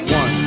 one